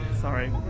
Sorry